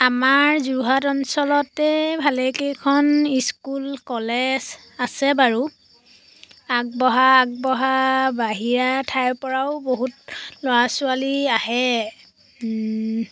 আমাৰ যোৰহাট অঞ্চলতে ভালেকেইখন স্কুল কলেজ আছে বাৰু আগবঢ়া আগবঢ়া বাহিৰা ঠাইৰ পৰাও বহুত ল'ৰা ছোৱালী আহে